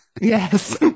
Yes